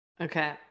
Okay